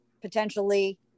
potentially